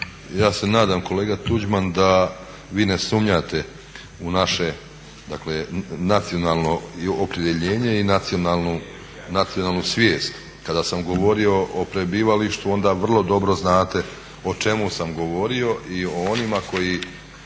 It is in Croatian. Ja se nadam kolega Tuđman da vi ne sumnjate u naše nacionalno opredjeljenje i nacionalnu svijest. Kada sam govorio o prebivalištu onda vrlo dobro znate o čemu sam govorio i onima koji